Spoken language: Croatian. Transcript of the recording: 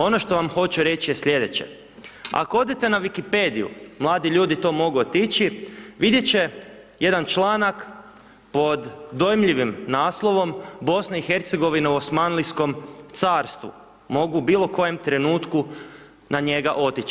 Ono što vam hoću reći je slijedeće, ako odete na Wikipediu mladi ljudi to mogu otići, vidjet će jedan članak pod dojmljivim naslovom BIH u Osmanlijskom carstvu, mogu u bilo kojem trenutku na njega otići.